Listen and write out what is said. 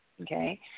Okay